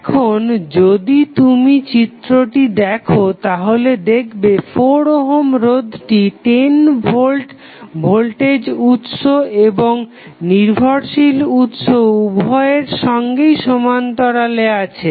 এখন যদি তুমি চিত্রটি দেখো তাহলে দেখবে 4 ওহম রোধটি 10 ভোল্ট ভোল্টেজ উৎস এবং নির্ভরশীল উৎস উভয়ের সঙ্গেই সমান্তরালে আছে